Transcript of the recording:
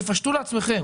תפשטו לעצמכם.